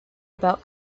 about